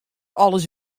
alles